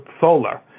solar